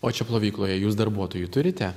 o čia plovykloje jūs darbuotojų turite